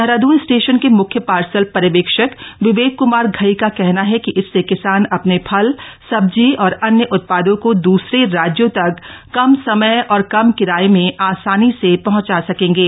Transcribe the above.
Dehradun station के मुख्य parcel पर्यवेक्षक विवेक कुमार घई का कहना है कि इससे किसान अपने फल सब्जी और अन्य उत्पादों को दूसरे राज्यों तक कम समय और कम किराये में आसानी से पहुंचा सकेंगे